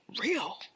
real